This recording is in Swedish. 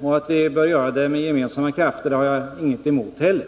och vi bör göra det med gemensamma krafter — det har jag ingenting emot heller.